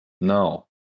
No